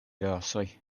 rasoj